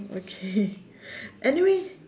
okay anyway